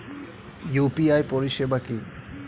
UPI পরিষেবা কি?